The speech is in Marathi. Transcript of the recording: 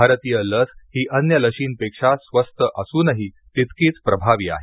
भारतीय लस ही अन्य लशींपेक्षा स्वस्त असूनही तितकीच प्रभावी आहे